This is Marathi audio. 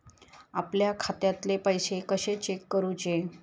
आपल्या खात्यातले पैसे कशे चेक करुचे?